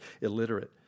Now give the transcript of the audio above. illiterate